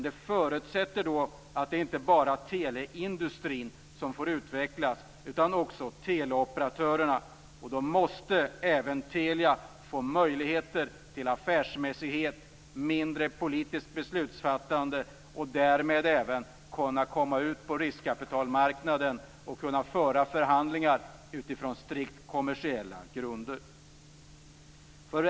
Det förutsätter att det inte bara är teleindustrin som får utvecklas utan också teleoperatörerna. Då måste även Telia få möjlighet att vara affärsmässig, dvs. mindre politiskt beslutsfattande, och därmed kunna komma ut på riskkapitalmarknaden och kunna föra förhandlingar med utgångspunkt i strikt kommersiella grunder.